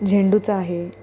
झेंडूचं आहे